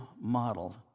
model